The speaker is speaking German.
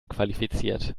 qualifiziert